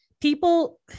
people